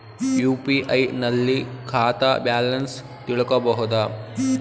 UPI ನಲ್ಲಿ ಖಾತಾ balance ತಿಳಕೊ ಬಹುದಾ?